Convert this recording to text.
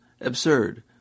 absurd